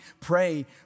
pray